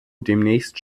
demnächst